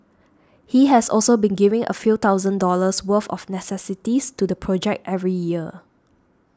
he has also been giving a few thousand dollars worth of necessities to the project every year